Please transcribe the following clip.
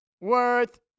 worth